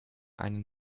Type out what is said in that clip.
einen